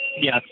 Yes